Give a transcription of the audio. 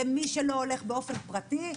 למי שלא הולך באופן פרטי,